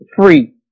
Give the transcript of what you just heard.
free